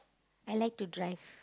I like to drive